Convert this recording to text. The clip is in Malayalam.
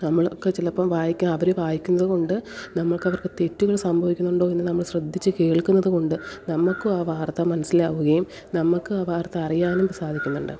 നമ്മളൊക്കെ ചിലപ്പം വായിക്കാൻ അവർ വായിക്കുന്നത് കൊണ്ട് നമ്മൾക്കവർക്ക് തെറ്റുകൾ സംഭവിക്കുന്നുണ്ടോ എന്ന് നമ്മൾ ശ്രദ്ധിച്ച് കേൾക്കുന്നത് കൊണ്ട് നമുക്കും ആ വാർത്ത മനസ്സിലാവുകയും നമുക്ക് ആ വാർത്ത അറിയാനും സാധിക്കുന്നുണ്ട്